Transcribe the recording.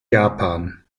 japan